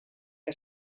que